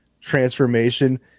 transformation